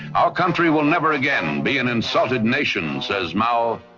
our country will never again be an insulted nation, says mao.